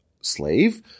slave